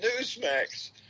Newsmax